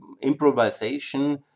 improvisation